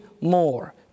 more